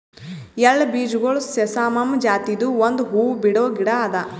ಎಳ್ಳ ಬೀಜಗೊಳ್ ಸೆಸಾಮಮ್ ಜಾತಿದು ಒಂದ್ ಹೂವು ಬಿಡೋ ಗಿಡ ಅದಾ